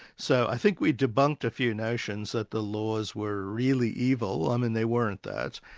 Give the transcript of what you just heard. so i think we debunked a few notions that the laws were really evil, i mean they weren't that,